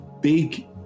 big